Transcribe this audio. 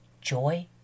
joy